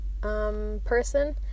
person